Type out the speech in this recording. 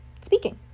Speaking